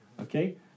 Okay